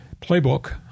playbook